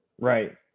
Right